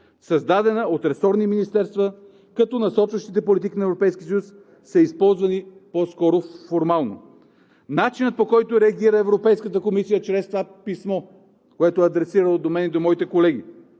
създадена от ресорни министерства, като насочващите политики на ЕС са използвани по-скоро формално. Начинът, по който реагира Европейската комисия, чрез това писмо, което е адресирала до мен и до моите колеги,